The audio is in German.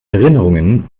erinnerungen